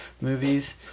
movies